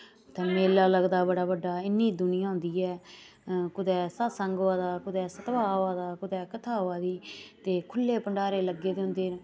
उ'त्थें मेला लगदा बड़ा बड्डा इ'न्नी दूनियां होंदी ऐ कुदै सत्संग होआ दा कुदै सतवाह् होआ दा कुदै कथा होआ दी ते खु'ल्ले भण्डारे लग्गे दे होंदे न